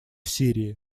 сирии